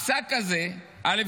הפסק הזה, א.